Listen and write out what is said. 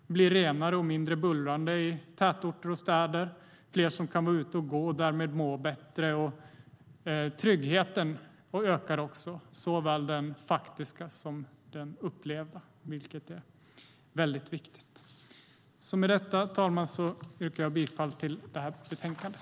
Det blir renare och mindre bullrigt i tätorter och städer. Det är fler som kan vara ute och gå och därmed må bättre. Tryggheten ökar också, såväl den faktiska som den upplevda, vilket är väldigt viktigt. Med detta, herr talman, yrkar jag bifall till förslaget i betänkandet.